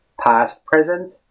past-present